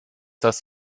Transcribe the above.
das